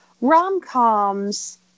rom-coms